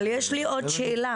אבל יש לי עוד שאלה.